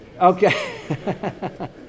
Okay